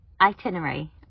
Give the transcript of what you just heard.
itinerary